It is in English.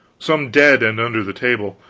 some dead and under the table.